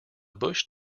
bush